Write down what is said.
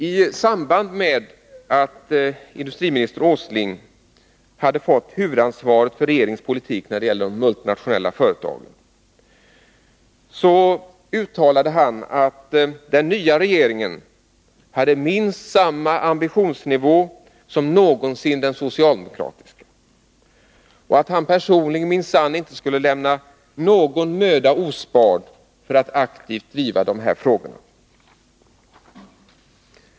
I samband med att industriminister Åsling hade fått huvudansvaret för regeringens politik när det gällde de multinationella företagen uttalade han att den nya regeringen hade minst samma ambitionsnivå som någonsin den socialdemokratiska och att han personligen minsann inte skulle lämna någon möda ospard för att aktivt driva dessa frågor.